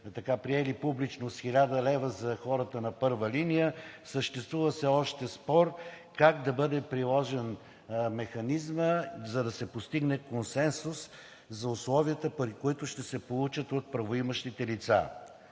приели публичност 1000 лв. за хората на първа линия. Съществува още спор как да бъде приложен механизмът, за да се постигне консенсус за условията, при които ще се получат от правоимащите лица.